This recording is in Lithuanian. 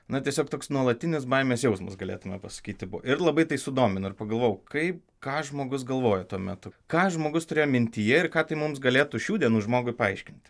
na tiesiog toks nuolatinis baimės jausmas galėtume pasakyti buvo ir labai tai sudomino ir pagalvojau kaip ką žmogus galvoja tuo metu ką žmogus turėjo mintyje ir ką tai mums galėtų šių dienų žmogui paaiškinti